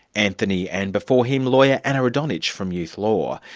anthony. and before him, lawyer anna radonic from youth law.